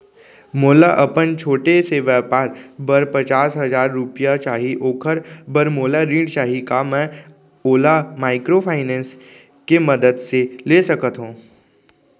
मोला अपन छोटे से व्यापार बर पचास हजार रुपिया चाही ओखर बर मोला ऋण चाही का मैं ओला माइक्रोफाइनेंस के मदद से ले सकत हो?